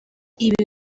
ibi